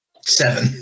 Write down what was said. Seven